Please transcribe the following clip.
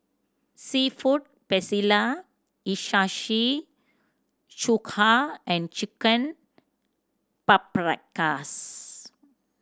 Seafood Paella Hiyashi Chuka and Chicken Paprikas